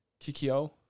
Kikyo